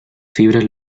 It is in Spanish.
fibras